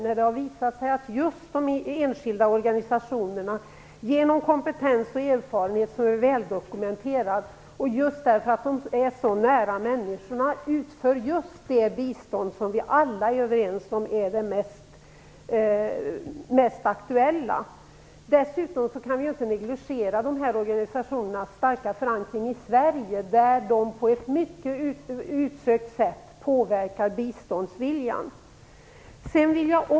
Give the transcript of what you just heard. Det har ju visat sig att de enskilda organisationerna, genom väldokumenterad kompetens och erfarenhet och just därför att de är så nära människorna, utför det bistånd vi alla är överens om är det mest aktuella. Dessutom kan vi inte negligera de här organisationernas starka förankring i Sverige, där de på ett mycket utsökt sätt påverkar biståndsviljan.